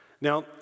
Now